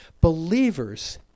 Believers